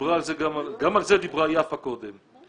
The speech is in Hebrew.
גם על זה דיברה יפה קודם,